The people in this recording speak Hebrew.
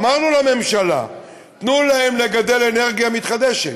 אמרנו לממשלה: תנו להם לגדל אנרגיה מתחדשת.